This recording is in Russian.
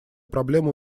проблема